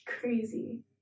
Crazy